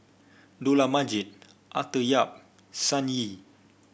Dollah Majid Arthur Yap Sun Yee